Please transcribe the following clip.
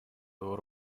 его